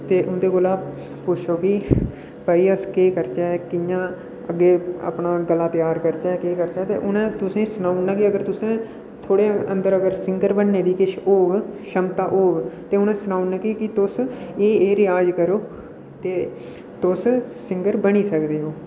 ते उं'दे कोला पुच्छो कि भाइ अस केह् करचै ते कि'यां अग्गै अस अपना गला त्यार करचै उ'नें तुसें गी सुनाना के तुस थुहाड़े अदंर सिंगर बनने दी कुश होग कोई क्षमता ते उ'नें सुनाना के तुस केह् केह् रेआज करो ते तुस सिंगर बनी सकदे हो